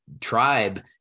tribe